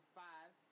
five